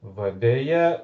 va deja